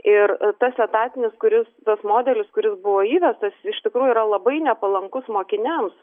ir tas etatinis kuris tas modelis kuris buvo įvestas iš tikrųjų yra labai nepalankus mokiniams